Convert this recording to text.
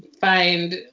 find